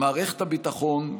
במערכת הביטחון,